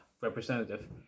representative